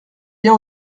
bien